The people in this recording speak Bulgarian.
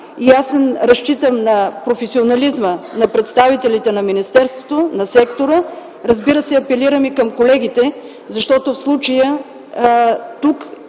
и аз разчитам на професионализма на представителите на министерството, на сектора. Апелирам и към колегите, защото в случая ще